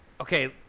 Okay